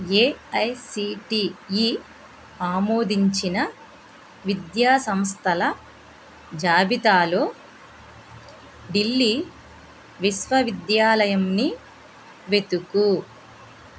AICTE ఆమోదించిన విద్యా సంస్థల జాబితాలో ఢిల్లీ విశ్వవిద్యాలయంని వెతుకు